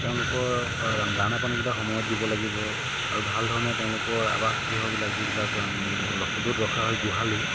তেওঁলোকৰ দানা পানীবিলাক সময়ত দিব লাগিব আৰু ভাল ধৰণে তেওঁলোকৰ আৱাসগৃহবিলাক যিবিলাক য'ত ৰখা হয় গোহালি